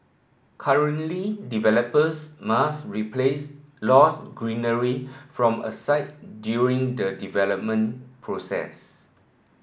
currently developers must replace lost greenery from a site during the development process